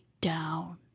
down